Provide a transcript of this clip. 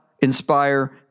inspire